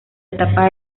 etapa